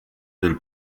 del